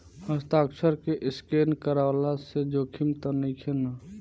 हस्ताक्षर के स्केन करवला से जोखिम त नइखे न?